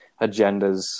agendas